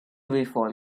reform